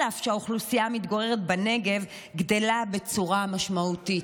אף שהאוכלוסייה המתגוררת בנגב גדלה בצורה משמעותית.